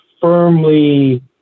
firmly